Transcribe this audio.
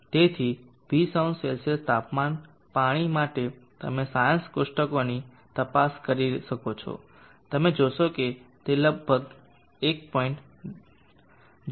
તેથી 200 C તાપમાન પાણી માટે તમે સાયન્સ કોષ્ટકોની તપાસ કરી શકો છો તમે જોશો કે તે લગભગ 1